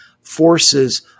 forces